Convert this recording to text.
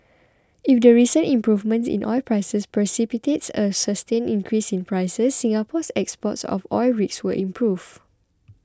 if the recent improvement in oil prices precipitates a sustained increase in prices Singapore's exports of oil rigs will improve